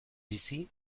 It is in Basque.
bizi